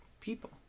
people